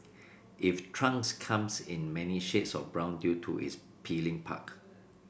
if trunks comes in many shades of brown due to its peeling bark